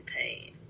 pain